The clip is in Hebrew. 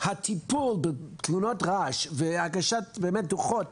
הטיפול בתלונות רעש והגשת דו"חות,